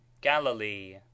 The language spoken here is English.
Galilee